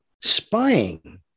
spying